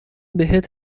بهت